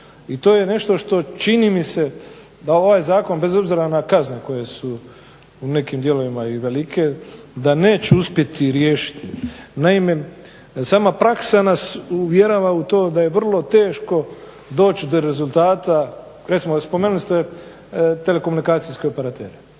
I to je nešto što čini mi se da ovaj zakon bez obzira na kazne koje su u nekim dijelovima i velike, da neće uspjeti riješiti. Naime sama praksa nas uvjerava u to da je vrlo teško doći do rezultata, recimo spomenuli ste telekomunikacijske operatere,